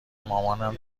مامانم